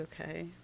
okay